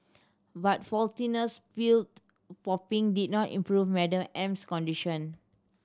but pilled popping did not improve Madam M's condition